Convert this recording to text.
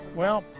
well,